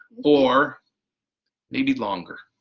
or maybe longer.